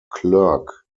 clerk